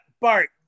Bart